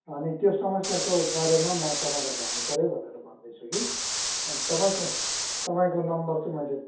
अनि त्यो समस्याको बारेमा म तपाईँलाई भन्नुपऱ्यो भनेर भन्दैछु कि अन्त तपाईँको तपाईँको नम्बर चाहिँ मैले